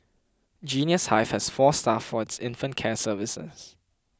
Genius Hive has four staff for its infant care services